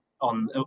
on